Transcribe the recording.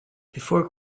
before